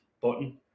button